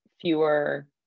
fewer